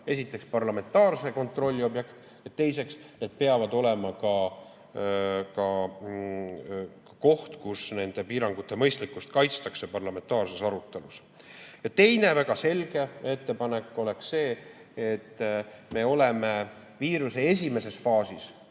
esiteks parlamentaarse kontrolli objekt, teiseks, need peavad olema ka koht, kus nende piirangute mõistlikkust kaitstakse parlamentaarses arutelus. Teine, väga selge ettepanek oleks see, et kui me olime viiruse esimeses faasis,